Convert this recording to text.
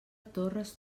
torres